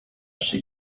she